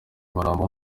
umurambo